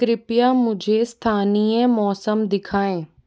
कृपया मुझे स्थानीय मौसम दिखाएँ